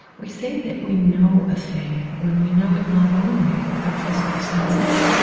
we say that we know a thing when we know it not only with our physical senses,